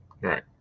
right